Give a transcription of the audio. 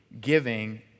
giving